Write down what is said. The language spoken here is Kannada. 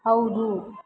ಹೌದು